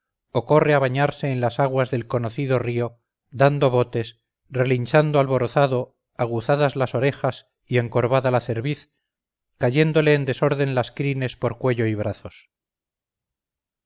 o corre a bañarse en las aguas del conocido río dando botes relinchando alborozado aguzadas las orejas y encorvada la cerviz cayéndole en desorden las crines por cuello y brazos